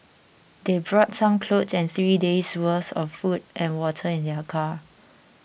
they brought some clothes and three days' worth of food and water in their car